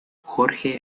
jorge